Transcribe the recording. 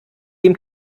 dem